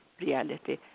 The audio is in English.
Reality